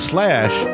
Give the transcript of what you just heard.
Slash